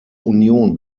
union